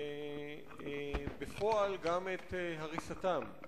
ובפועל גם את הריסתם.